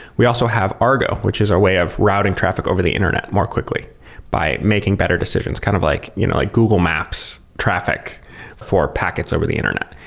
we also have argo, which is a way of routing traffic over the internet more quickly by making better decisions. kind of like you know like google maps traffic for packets over the internet,